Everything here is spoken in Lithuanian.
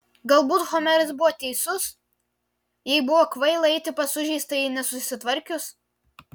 galbūt homeras buvo teisus jai buvo kvaila eiti pas sužeistąjį nesusitvarkius